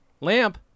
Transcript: Lamp